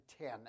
ten